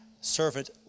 servant